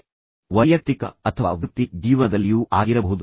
ಅದು ವೈಯಕ್ತಿಕವಾಗಿಯೂ ಅಥವಾ ವೃತ್ತಿ ಜೀವನದಲ್ಲಿಯೂ ಆಗಿರಬಹುದು